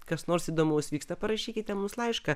kas nors įdomaus vyksta parašykite mums laišką